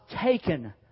taken